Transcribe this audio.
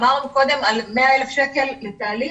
אמרנו קודם, 100,000 שקלים לתהליך.